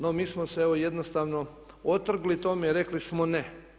No, mi smo se evo jednostavno otrgli tome i rekli smo ne.